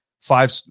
five